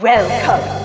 Welcome